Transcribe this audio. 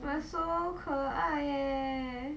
but so 可爱诶